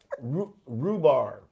Rhubarb